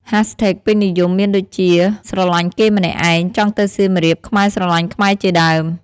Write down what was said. Hashtags ពេញនិយមមានដូចជា # ស្រឡាញ់គេម្នាក់ឯង #ចង់ទៅសៀមរាប #ខ្មែរស្រឡាញ់ខ្មែរ ជាដើម។